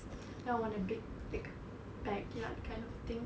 then I want a big big backyard kind of thing